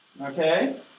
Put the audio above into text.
Okay